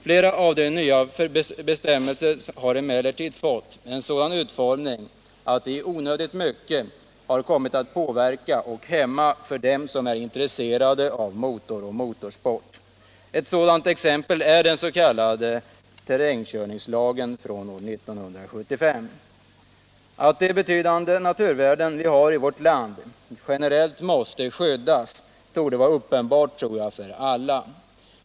Flera av de nya bestämmelserna har emellertid fått en sådan utformning att deras påverkan blivit onödigt stor och onödigt hämmande för dem som är intresserade av motor och motorsport. Ett sådant exempel är den s.k. terrängkörningslagen från år 1975. Att de betydande naturvärden vi har i vårt land generellt måste skyddas är, tror jag, uppenbart för alla.